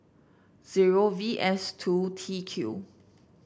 zero V S two T Q